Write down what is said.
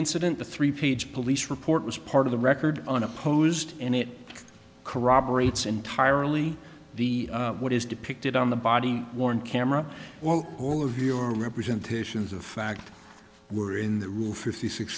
incident the three page police report was part of the record unopposed and it corroborates entirely the what is depicted on the body worn camera well all of your representation is of fact were in the rule fifty six